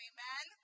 Amen